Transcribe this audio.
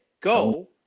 go